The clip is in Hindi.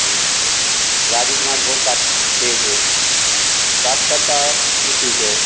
हैं राजनीति वहाँ की बहुत तेज हैं साक्षरता भी ठीक हैं